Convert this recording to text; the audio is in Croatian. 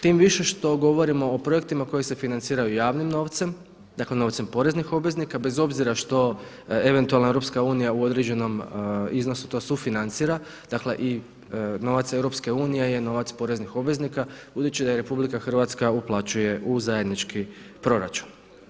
Tim više što govorimo o projektima koji se financiraju javnim novcem, dakle novcem poreznih obveznika bez obzira što eventualno EU u određenom iznosu to sufinancira, dakle i novac EU je novac poreznih obveznika budući da i RH uplaćuje u zajednički proračun.